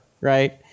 right